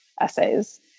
essays